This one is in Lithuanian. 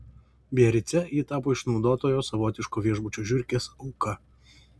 biarice ji tapo išnaudotojo savotiško viešbučio žiurkės auka